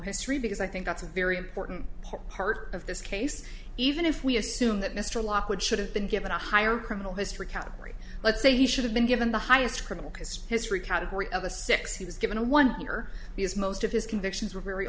history because i think that's a very important part of this case even if we assume that mr lockwood should have been given a higher criminal history category let's say he should have been given the highest criminal case history category of a six he was given a one year because most of his convictions were very